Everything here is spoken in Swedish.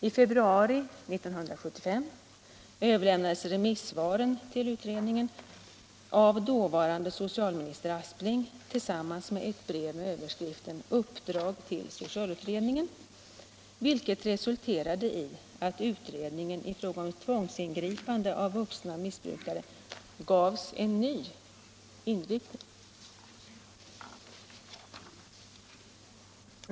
I februari 1975 överlämnades remissvaren till utredningen av dåvarande socialminister Aspling, tillsammans med ett brev med överskriften Uppdrag till socialutredningen, vilket resulterade i att utredningen beträffande tvångsingripande mot vuxna missbrukare gavs en ny inriktning.